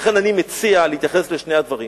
לכן, אני מציע להתייחס לשני הדברים.